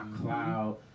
cloud